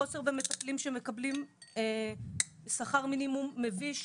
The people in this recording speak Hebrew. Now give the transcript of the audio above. חוסר במטפלים שמקבלים שכר מינימום מביש